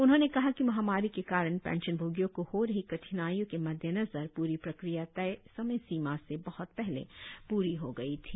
उन्होंने कहा कि महामारी के कारण पेंशनभोगियों को हो रही कठिनाइयों के मद्देनजर पूरी प्रक्रिया तय समयसीमा से बहत पहले पूरी हो गई थी